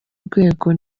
rwego